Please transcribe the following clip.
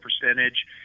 percentage